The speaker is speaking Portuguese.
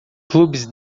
clubes